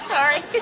Sorry